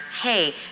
hey